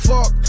Fuck